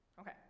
Okay